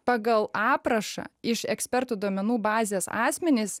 pagal aprašą iš ekspertų duomenų bazės asmenis